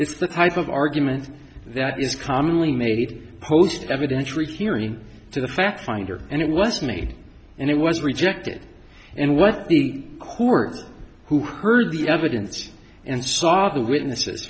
it's the type of argument that is commonly made post evidence read to the fact finder and it was me and it was rejected and what the court who heard the evidence and saw the witnesses